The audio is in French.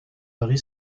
varie